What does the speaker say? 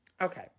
Okay